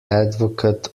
advocate